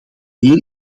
meer